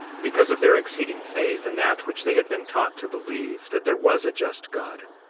because of their exceeding faith in that which they had been taught to believe that there was a just god,